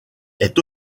est